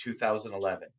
2011